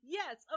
yes